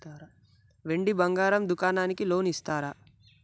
వెండి బంగారం దుకాణానికి లోన్ ఇస్తారా?